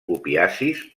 opiacis